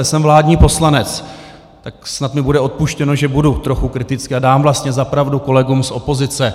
Jsem vládní poslanec, tak snad mi bude odpuštěno, že budu trochu kritický a dám vlastně za pravdu kolegům z opozice.